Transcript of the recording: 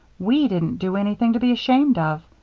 we didn't do anything to be ashamed of.